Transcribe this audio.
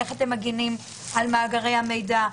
איך אתם מגנים על מאגרי המידע?